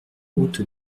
route